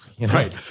Right